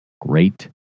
Great